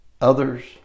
others